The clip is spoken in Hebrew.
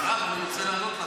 מירב, אני רוצה לענות לך.